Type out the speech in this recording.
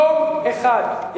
יום אחד.